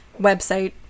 website